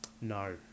No